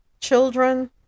children